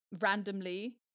randomly